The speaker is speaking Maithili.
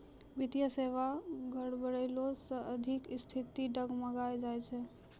वित्तीय सेबा गड़बड़ैला से आर्थिक स्थिति डगमगाय जाय छै